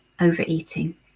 overeating